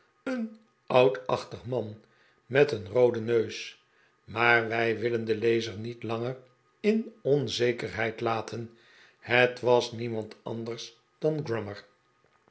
een oudachtig man met een rooden neus maar wij willen den lezer niet langer in onzekerheid laten het was niemand anders dan grummer